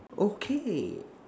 okay